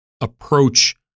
approach